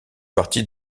partie